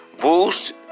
Boost